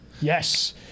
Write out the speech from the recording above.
Yes